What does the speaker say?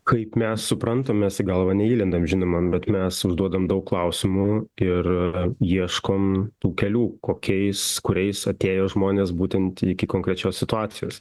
kaip mes suprantam mes į galvą neįlendam žinoma bet mes užduodam daug klausimų ir ieškom tų kelių kokiais kuriais atėjo žmonės būtent iki konkrečios situacijos